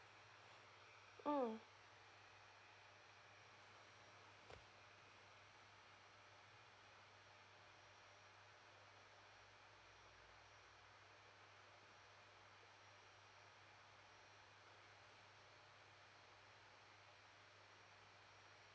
mm